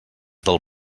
del